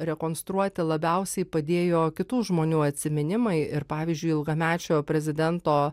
rekonstruoti labiausiai padėjo kitų žmonių atsiminimai ir pavyzdžiui ilgamečio prezidento